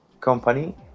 company